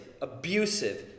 abusive